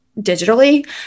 digitally